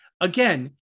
again